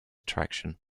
attraction